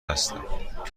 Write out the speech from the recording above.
هستم